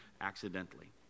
accidentally